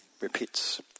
repeats